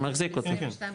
אני מחזיק אותו,